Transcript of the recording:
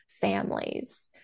families